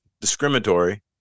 discriminatory